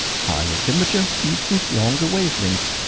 higher temperature equals longer wavelength,